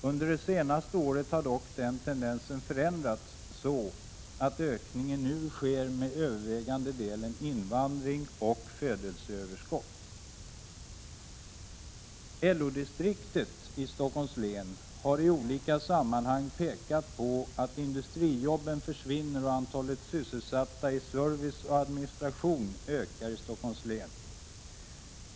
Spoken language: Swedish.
Under det senaste året har dock denna tendens förändrats så att den övervägande delen av ökningen består av invandring och födelseöverskott. LO-distriktet i Stockholms län har i olika sammanhang pekat på att industrijobben försvinner och antalet sysselsatta i service och administration ökar i Stockholms län.